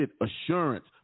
Assurance